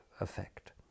effect